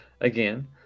again